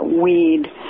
weed